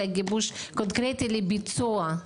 אלא גיבוש קונקרטי לביצוע.